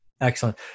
Excellent